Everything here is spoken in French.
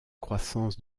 croissance